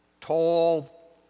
tall